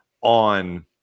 on